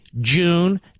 June